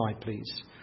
please